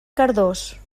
cardós